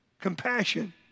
compassion